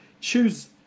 choose